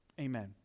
Amen